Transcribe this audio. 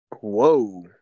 Whoa